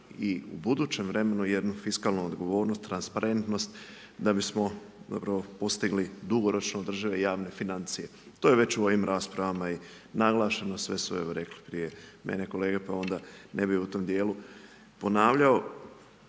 i u budućem vremenu jednu fiskalnu odgovornost, transparentnost, da bismo postigli dugoročno održiv javne financije. To je već i u ovom raspravama i naglašeno, sve su evo, rekli, prije mene kolege, pa onda ne bi u tom dijelu ponavljao,